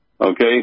Okay